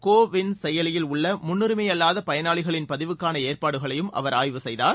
கோ win செயலியில் உள்ள முன்னுரிமை அல்வாத பயனாளிகளின் பதிவுக்கான ஏற்பாடுகளையும் அவர் ஆய்வு செய்தார்